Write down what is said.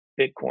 Bitcoin